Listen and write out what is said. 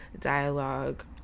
dialogue